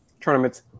tournaments